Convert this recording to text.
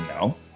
No